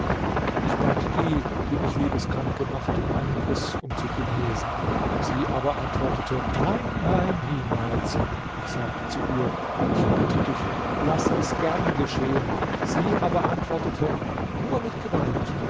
ich bat die die mich liebeskrank gemacht um einen kuß um zu genesen sie aber antwortete nein nein niemals ich sagte zu ihr ich bitte dich laß es gern geschehen sie aber antwortete nur mit gewalt